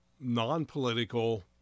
non-political